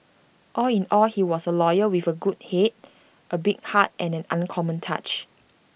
all in all he was A lawyer with A good Head A big heart and an uncommon touch